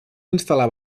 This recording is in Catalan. instal·lar